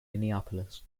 minneapolis